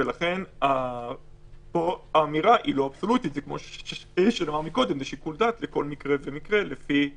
כמו שגאל הבהירה לפני שנייה.